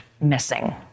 missing